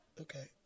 okay